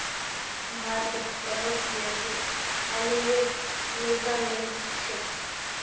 भारतत सबस बेसी अलूवियल मृदा मिल छेक